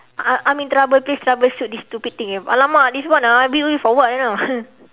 I'm I'm in trouble please troubleshoot this stupid thing !alamak! this one ah build you for what you know